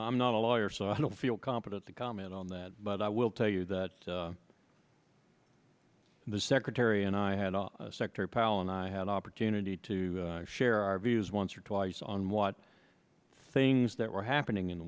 i'm not a lawyer so i don't feel competent to comment on that but i will tell you that the secretary and i had all sector pal and i had an opportunity to share our views once or twice on what the things that were happening in the